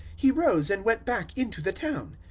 he rose and went back into the town.